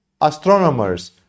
astronomers